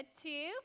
Two